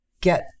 get